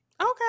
Okay